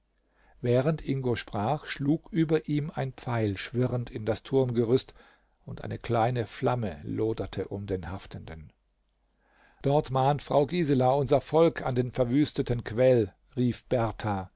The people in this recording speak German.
während ingo sprach schlug über ihm ein pfeil schwirrend in das turmgerüst und eine kleine flamme loderte um den haftenden dort mahnt frau gisela unser volk an den verwüsteten quell rief berthar